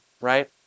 right